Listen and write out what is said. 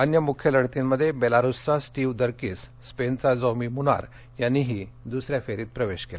अन्य मुख्य लढर्तीमध्ये बेलारूसचा स्टीव्ह दर्कीस स्पेनचा जौमी मुनार यांनीही दुसऱ्या फेरीत प्रवेश केला